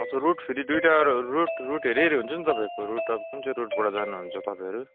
हजुर रुट फेरि दुईवटा रुट रुट हेरी हेरी हुन्छ नि तपाईँको रुट अब कुन चाहिँ रुटबाट जानुहुन्छ तपाईँहरू